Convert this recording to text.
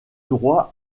droit